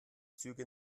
züge